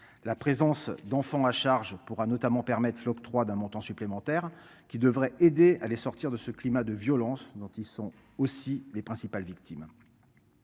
La présence d'enfants à charge pourra notamment permettent l'octroi d'un montant supplémentaire qui devrait aider à les sortir de ce climat de violence dont ils sont aussi les principales victimes.